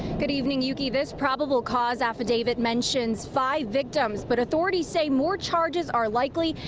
good evening, ukee this probable cause affidavit mentioned five victims but authorities say more charges are likely,